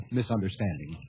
misunderstanding